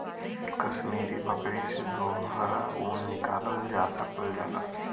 कसमीरी बकरी से दोहरा ऊन निकालल जा सकल जाला